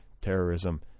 terrorism